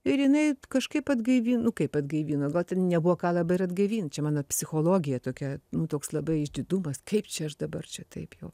ir jinai kažkaip atgaivin nu kaip atgaivino gal ten nebuvo ką labai ir atgaivint čia mano psichologija tokia nu toks labai išdidumas kaip čia aš dabar čia taip jau